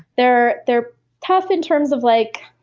they're they're tough in terms of, like,